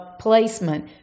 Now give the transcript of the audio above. placement